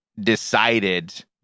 decided